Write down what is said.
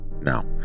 now